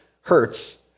hurts